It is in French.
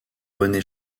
rené